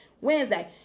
Wednesday